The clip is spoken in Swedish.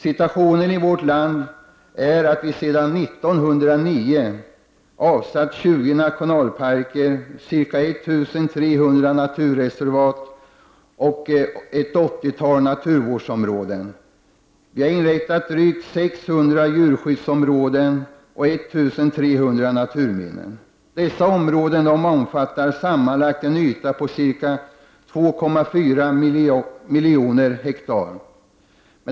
Situationen i vårt land är den att vi sedan 1909 avsatt 20 nationalparker, ca 1 000 naturreservat, och ett 80-tal naturvårdsområden. Vi har inrättat drygt 600 djurskyddsområden och 1 300 naturminnen. Dessa områden omfattar sammanlagt en yta på ca 2,4 miljoner hektar.